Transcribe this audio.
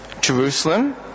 Jerusalem